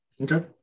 Okay